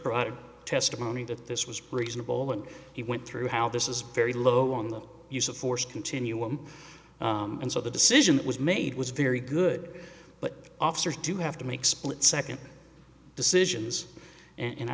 testimony that this was reasonable and he went through how this is very low on the use of force continuum and so the decision was made was very good but officers do have to make split second decisions and